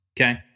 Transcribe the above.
Okay